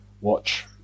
watch